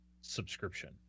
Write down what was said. subscription